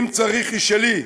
אם צריך, היא שלי"